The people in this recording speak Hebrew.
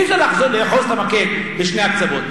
אי-אפשר לאחוז את המקל בשני הקצוות.